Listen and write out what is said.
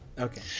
Okay